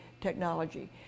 technology